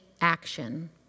action